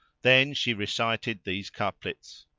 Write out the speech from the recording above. then she recited these couplets